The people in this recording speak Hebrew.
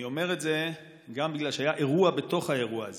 אני אומר את זה גם בגלל שהיה אירוע בתוך האירוע הזה.